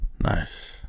Nice